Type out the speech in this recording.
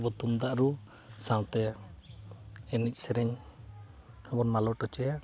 ᱟᱵᱚ ᱛᱩᱢᱫᱟᱜ ᱨᱩ ᱥᱟᱶᱛᱮ ᱮᱱᱮᱡ ᱥᱮᱨᱮᱧ ᱦᱚᱵᱚᱱ ᱢᱟᱞᱚᱴ ᱦᱚᱪᱚᱭᱟ